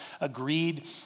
agreed